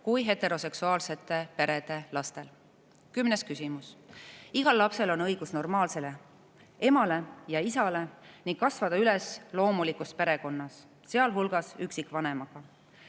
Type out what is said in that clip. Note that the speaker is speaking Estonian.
kui heteroseksuaalsete perede lastel. Kümnes küsimus: "Igal lapsel on õigus normaalsele emale ja isale ning kasvada üles loomulikus perekonnas, sh. üksikvanemaga.